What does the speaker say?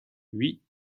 oui